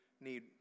need